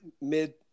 mid